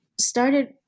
started